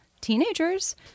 teenagers